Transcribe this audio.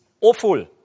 awful